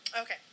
Okay